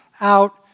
out